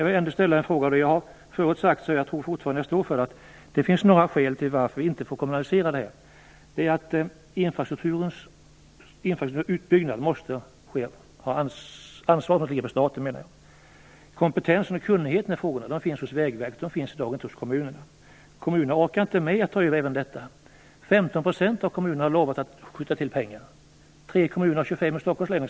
Jag har förut sagt, och jag står fortfarande för det, att det finns några skäl till att inte kommunalisera detta. Det är att ansvaret för utbyggnaden av enskilda vägar ligger hos staten. Kompetensen och kunnandet i frågorna finns i dag hos Vägverket, inte hos kommunerna. Kommunerna orkar inte ta över även detta. 15 % av kommunerna har lovat att skjuta till pengar, exempelvis tre kommuner av 25 i Stockholms län.